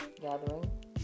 gathering